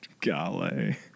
Golly